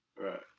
Right